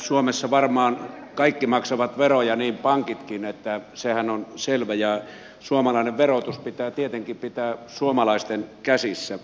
suomessa varmaan kaikki maksavat veroja niin pankitkin sehän on selvä ja suomalainen verotus pitää tietenkin pitää suomalaisten käsissä